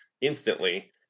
instantly